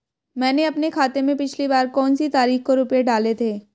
मैंने अपने खाते में पिछली बार कौनसी तारीख को रुपये डाले थे?